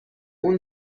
اون